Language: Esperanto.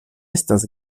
estas